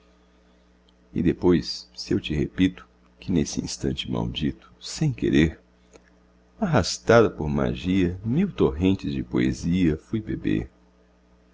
e depois se eu te repito que nesse instante maldito sem querer arrastado por magia mil torrentes de poesia fui beber